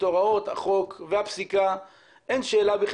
דווקא בגלל העיסוק של הסנגוריה הציבורית המאוד מאוד עמוק ואינטנסיבי במהלך